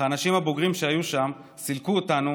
אך האנשים הבוגרים שהיו שם סילקו אותנו